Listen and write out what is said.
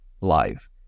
live